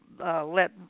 Let